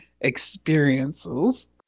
experiences